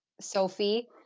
Sophie